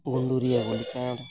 ᱜᱩᱸᱰᱩᱨᱤᱭᱟᱹ ᱜᱩᱞᱤᱠᱟᱱᱰ